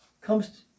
comes